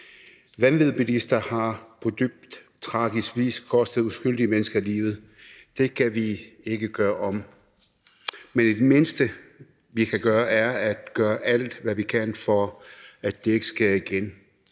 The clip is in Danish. Vanvidsbilister har på dybt tragisk vis kostet uskyldige mennesker livet. Det kan vi ikke gøre om, men det mindste, vi kan gøre, er at gøre alt, hvad vi kan, for, at det ikke sker igen,